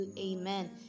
Amen